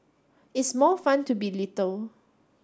it's more fun to be little